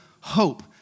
hope